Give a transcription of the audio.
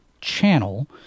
channel